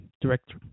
director